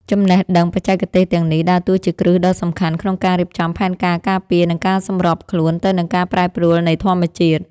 ចំណេះដឹងបច្ចេកទេសទាំងនេះដើរតួជាគ្រឹះដ៏សំខាន់ក្នុងការរៀបចំផែនការការពារ និងការសម្របខ្លួនទៅនឹងការប្រែប្រួលនៃធម្មជាតិ។